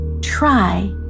try